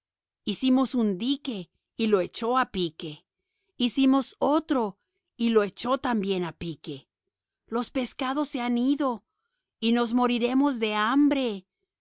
hicimos un dique y lo echó a pique hicimos otro y lo echó también a pique los peces se han ido y nos moriremos de hambre